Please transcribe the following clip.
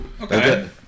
Okay